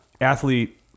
athlete